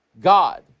God